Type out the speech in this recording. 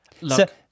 look